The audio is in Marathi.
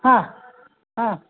हा हा